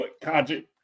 Kaji